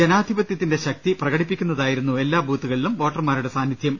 ജനാധിപത്യത്തിന്റെ ശക്തി പ്രകടിപ്പിക്കുന്ന തായിരുന്നു എല്ലാ ബൂത്തുകളിലും വോട്ടർമാരുടെ സാന്നിധ്യം